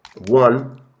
one